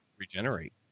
regenerate